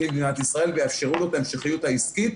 במדינת ישראל ויאפשרו לו את ההמשכיות העסקית.